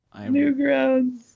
Newgrounds